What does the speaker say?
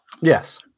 Yes